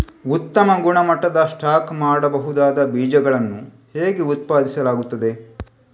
ಉತ್ತಮ ಗುಣಮಟ್ಟದ ಸ್ಟಾಕ್ ಮಾಡಬಹುದಾದ ಬೀಜಗಳನ್ನು ಹೇಗೆ ಉತ್ಪಾದಿಸಲಾಗುತ್ತದೆ